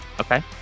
Okay